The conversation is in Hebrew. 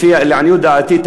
לעניות דעתי,